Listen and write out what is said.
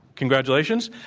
congratulations.